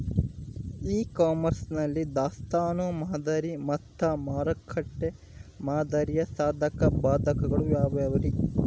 E commerce ನಲ್ಲಿ ದಾಸ್ತಾನು ಮಾದರಿ ಮತ್ತ ಮಾರುಕಟ್ಟೆ ಮಾದರಿಯ ಸಾಧಕ ಬಾಧಕಗಳ ಯಾವವುರೇ?